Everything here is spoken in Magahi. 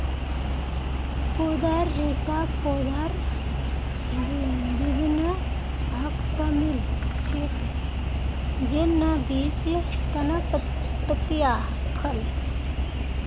पौधार रेशा पौधार विभिन्न भाग स मिल छेक, जैन न बीज, तना, पत्तियाँ, फल